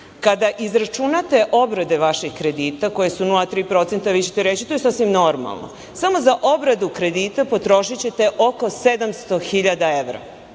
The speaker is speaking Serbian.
Kada izračunate obrade vaših kredita, koje su 0,3%, vi ćete reći to je sasvim normalno. Samo za obradu kredita potrošićete oko 700 hiljada evra.